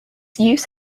use